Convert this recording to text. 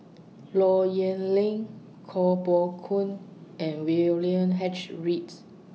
Low Yen Ling Koh Poh Koon and William H Reads